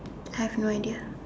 I have no idea